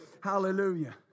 Hallelujah